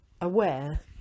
aware